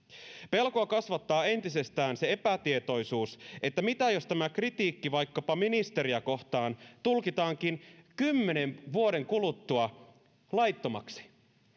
pelkoa kasvattaa entisestään se epätietoisuus että mitä jos tämä kritiikki vaikkapa ministeriä kohtaan tulkitaankin kymmenen vuoden kuluttua laittomaksi